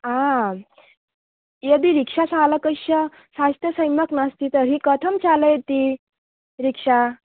आं यदि रिक्षाचालकस्य स्वास्थ्यं सम्यक् न अस्ति तर्हि कथं चालयति रिक्षा